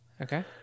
Okay